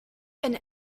and